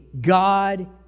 God